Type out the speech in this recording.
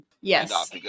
Yes